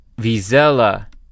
Vizela